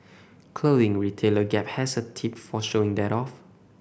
clothing retailer Gap has a tip for showing that off